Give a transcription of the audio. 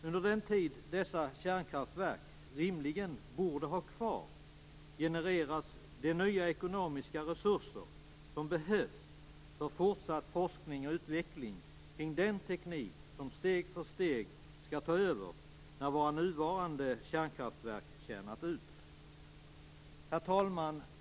Under den tid dessa kärnkraftverk rimligen borde ha kvar genereras det nya ekonomiska resurser, som behövs för fortsatt forskning och utveckling kring den teknik som steg för steg skall ta över när våra nuvarande kärnkraftverk har tjänat ut. Herr talman!